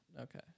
okay